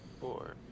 four